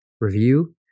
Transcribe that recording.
review